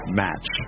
match